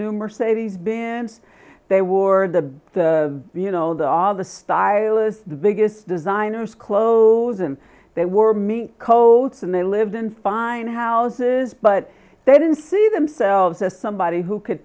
new mercedes benz they wore the the you know the all the stylus the biggest designers clothes and they were mean coats and they lived in fine houses but they didn't see themselves as somebody who could